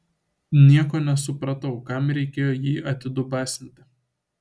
nieko nesupratau kam reikėjo jį atidubasinti